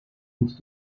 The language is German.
und